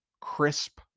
crisp